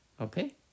Okay